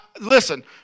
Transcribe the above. Listen